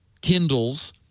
Kindles